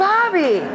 Bobby